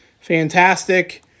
fantastic